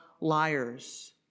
liars